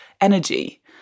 energy